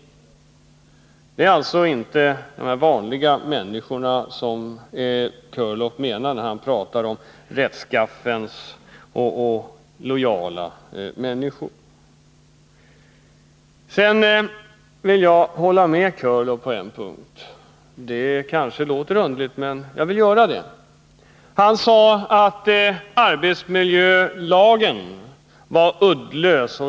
Det är alltså inte de vanliga människorna som Björn Körlof tänker på när han talar om ”rättskaffens och lojala” människor. Sedan vill jag hålla med Björn Körlof på en punkt — det kanske låter underligt, men jag vill göra det. Han sade att arbetsmiljölagen är uddlös.